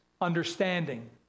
understanding